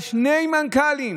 על שני מנכ"לים.